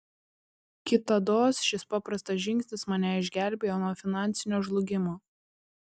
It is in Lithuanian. kitados šis paprastas žingsnis mane išgelbėjo nuo finansinio žlugimo